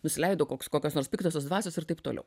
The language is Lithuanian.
nusileido koks kokios nors piktosios dvasios ir taip toliau